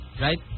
right